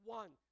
one